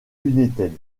united